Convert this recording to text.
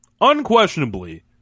unquestionably